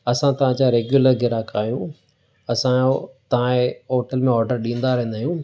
असां तव्हांजा रेग्युलर गिराक आहियूं असांजो तव्हांजे होटल में ऑडर ॾींदा रहंदा आहियूं